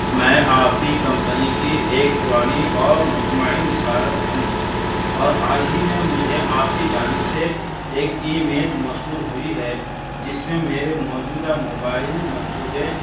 میں آپ کی کمپنی کی ایک پرانی اور مطمئن صارف ہوں اور حال ہی میں مجھے آپ کی جانب سے ایک ای میل موصول ہوئی ہے جس میں میرے موجودہ موبائل منصوبے